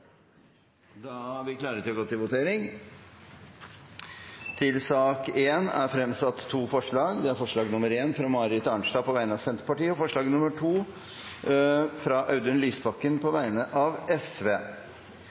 Da er vi klare til å gå til votering. Under debatten er det satt fram to forslag. Det er forslag nr. 1, fra Marit Arnstad på vegne av Senterpartiet forslag nr. 2, fra Audun Lysbakken på